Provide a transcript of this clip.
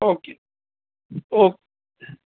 okay okay